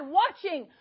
watching